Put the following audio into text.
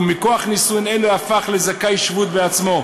ומכוח נישואים אלה הפך לזכאי שבות בעצמו.